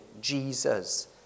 Jesus